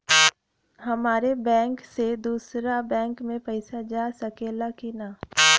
हमारे बैंक से दूसरा बैंक में पैसा जा सकेला की ना?